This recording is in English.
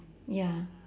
ya